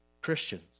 Christians